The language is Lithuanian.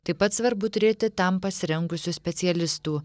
taip pat svarbu turėti tam pasirengusių specialistų